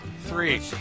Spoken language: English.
three